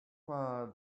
why